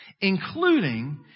including